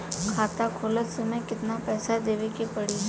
खाता खोलत समय कितना पैसा देवे के पड़ी?